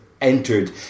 entered